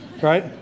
right